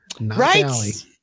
Right